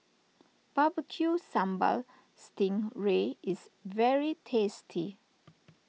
Barbecue Sambal Sting Ray is very tasty